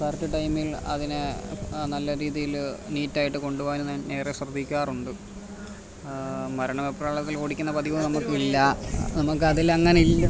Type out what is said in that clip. correct ടൈമിൽ അതിനെ നല്ല രീതിയിൽ നീറ്റായിട്ട് കൊണ്ടു പോകാനും ഞാൻ ഏറെ ശ്രദ്ധിക്കാറുണ്ട് മരണ വെപ്രാളത്തിൽ ഓടിക്കുന്ന പതിവ് നമുക്ക് ഇല്ല നമുക്ക് അതിൽ അങ്ങനെ ഇല്ല